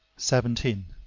seventeen.